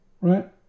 right